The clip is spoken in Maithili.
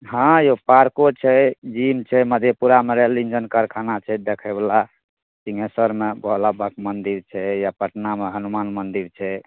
हँ यौ पार्को छै जिम छै मधेपुरामे रेल इन्जन कारखाना छै देखै बला सिंघेश्वरमे भोलाबबाके मंदिर छै या पटनामे हनुमान मंदिर छै